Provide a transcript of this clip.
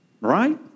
right